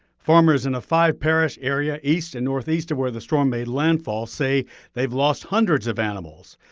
farmers in a five-parish area east and northeast of where the storm made landfall say they've lost hundreds of animals.